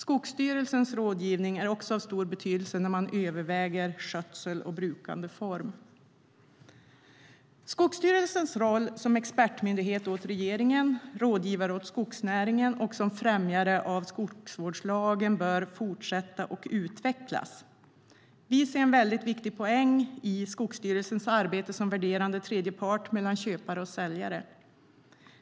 Skogsstyrelsens rådgivning är också av stor betydelse när man överväger skötsel och brukandeform. Skogsstyrelsens roll som expertmyndighet åt regeringen, rådgivare åt skogsnäringen och främjare av skogsvårdslagen bör fortsätta och utvecklas. Vi ser en mycket viktig poäng i Skogsstyrelsens arbete som värderande tredje part mellan köpare och säljare.